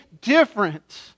different